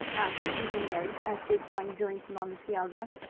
asked stephen ray as his son joined him on the piazza.